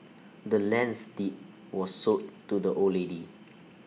the land's deed was sold to the old lady